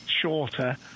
shorter